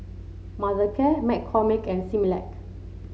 Mothercare McCormick and Similac